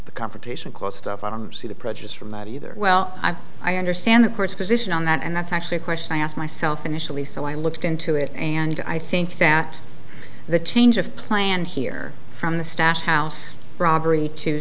the confrontation clause stuff i don't see the prejudice from that either well i'm i understand the court's position on that and that's actually a question i asked myself initially so i looked into it and i think that the change of plan here from the stash house robbery to